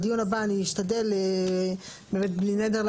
לדיון הבא אני אשתדל באמת בלי נדר,